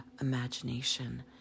imagination